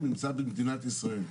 הוא נמצא במדינת ישראל,